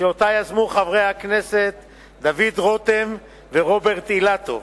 שיזמו חברי הכנסת דוד רותם ורוברט אילטוב,